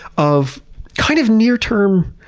of kind of near-term